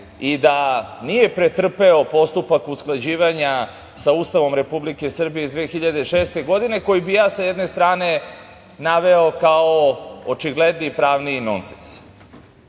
i da nije pretrpeo postupak usklađivanja sa Ustavom Republike Srbije iz 2006. godine, koji bi ja, s jedne strane, naveo kao očigledni pravni nonses. Društva